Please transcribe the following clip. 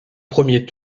premier